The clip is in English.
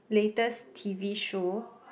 latest T_V show